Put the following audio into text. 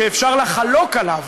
שאפשר לחלוק עליו,